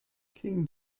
king